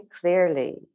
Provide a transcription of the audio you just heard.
clearly